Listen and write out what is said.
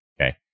Okay